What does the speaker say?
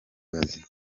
bazima